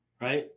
right